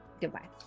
goodbye